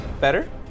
Better